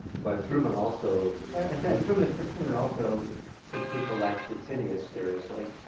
but truman also and to add, truman but truman also took people like stettinius seriously,